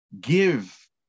give